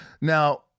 Now